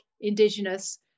Indigenous